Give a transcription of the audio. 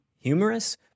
humorous